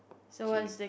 key